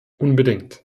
unbedingt